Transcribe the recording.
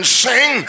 sing